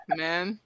man